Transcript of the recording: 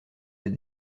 des